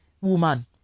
Woman